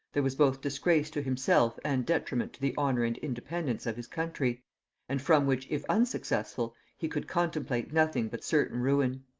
there was both disgrace to himself and detriment to the honor and independence of his country and from which, if unsuccessful, he could contemplate nothing but certain ruin.